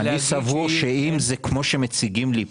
אני סבור שאם זה כמו שמציגים לי פה,